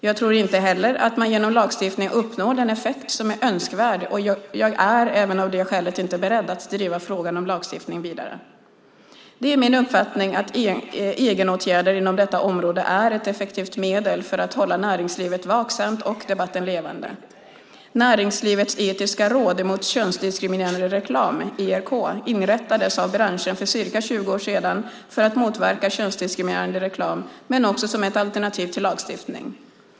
Jag tror inte heller att man genom lagstiftning uppnår den effekt som är önskvärd, och jag är även av det skälet inte beredd att driva frågan om lagstiftning vidare. Det är min uppfattning att egenåtgärder inom detta område är ett effektivt medel för att hålla näringslivet vaksamt och debatten levande. Näringslivets Etiska Råd mot Könsdiskriminerande reklam, ERK, inrättades av branschen för ca 20 år sedan för att motverka könsdiskriminerande reklam men också som ett alternativ till lagstiftning.